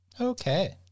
Okay